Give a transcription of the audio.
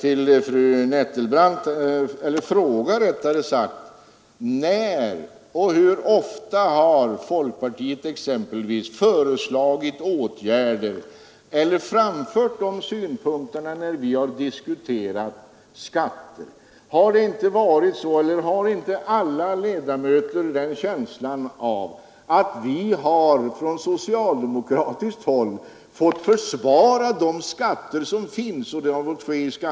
Herr talman! Jag vill fråga fru Nettelbrandt: När och hur ofta har folkpartiet exempelvis föreslagit åtgärder eller framfört synpunkter när vi har diskuterat skatter? Har inte alla ledamöter den känslan att vi från socialdemokratiskt håll har fått försvara de skatter som skall täcka de utgifter som beslutas?